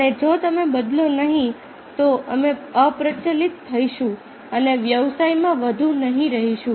અને જો તમે બદલો નહીં તો અમે અપ્રચલિત થઈશું અને વ્યવસાયમાં વધુ નહીં રહીશું